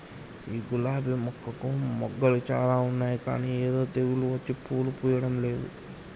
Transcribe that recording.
ఈ గులాబీ మొక్కకు మొగ్గలు చాల ఉన్నాయి కానీ ఏదో తెగులు వచ్చి పూలు పూయడంలేదు